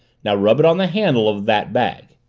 now rub it on the handle of that bag.